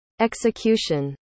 execution